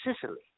Sicily